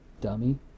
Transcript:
dummy